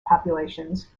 populations